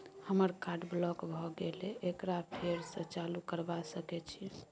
हमर card block भ गेले एकरा फेर स चालू करबा सके छि?